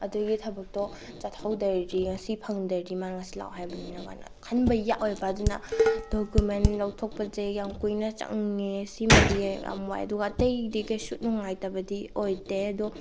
ꯑꯗꯨꯒꯤ ꯊꯕꯛꯇꯣ ꯆꯠꯍꯧꯗ꯭ꯔꯗꯤ ꯉꯁꯤ ꯐꯪꯗ꯭ꯔꯗꯤ ꯃꯥ ꯉꯁꯤ ꯂꯥꯛꯑꯣ ꯍꯥꯏꯕꯅꯤꯅ ꯀꯥꯏꯅ ꯈꯟꯕ ꯌꯥꯎꯋꯦꯕ ꯑꯗꯨꯅ ꯗꯣꯀꯨꯃꯦꯟ ꯂꯧꯊꯣꯛꯄꯁꯦ ꯌꯥꯝ ꯀꯨꯏꯅ ꯆꯪꯉꯦ ꯁꯤꯃꯗꯤ ꯌꯥꯝ ꯋꯥꯏ ꯑꯗꯨꯒ ꯑꯇꯩꯗꯤ ꯀꯩꯁꯨ ꯅꯨꯡꯉꯥꯏꯇꯕꯗꯤ ꯑꯣꯏꯗꯦ ꯑꯗꯣ